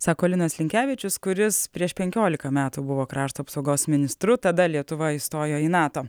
sako linas linkevičius kuris prieš penkiolika metų buvo krašto apsaugos ministru tada lietuva įstojo į nato